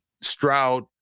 Stroud